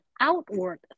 outward